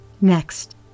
Next